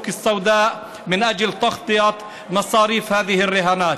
השחור במטרה לכסות את הוצאות ההימורים האלה.